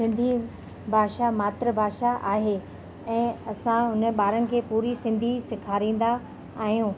सिंधी भाषा मातृ भाषा आहे ऐं असां उन ॿारनि खे पूरी सिंधी सेखारींदा आहियूं